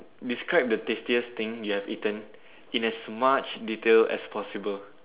describe the tastiest thing you've eaten in as much detail as possible